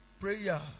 prayer